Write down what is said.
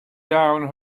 down